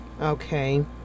Okay